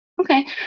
okay